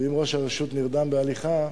ואם ראש הרשות נרדם בהליכה,